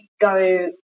go